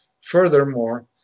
Furthermore